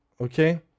Okay